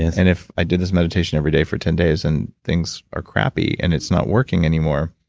and if i did this meditation every day for ten days, and things are crappy, and it's not working anymore,